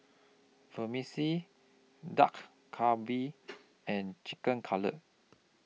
Vermicelli Dak Galbi and Chicken Cutlet